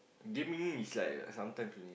gaming is like sometimes only